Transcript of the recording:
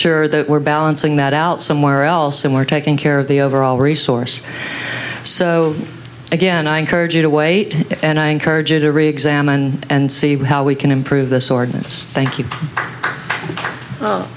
sure that we're balancing that out somewhere else and we're taking care of the overall resource so again i encourage you to wait and i encourage you to reexamine and see how we can improve this ordinance thank you